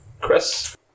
Chris